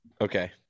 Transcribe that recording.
Okay